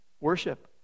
Worship